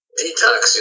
detox